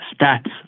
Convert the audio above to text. stats